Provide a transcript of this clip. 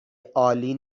عالی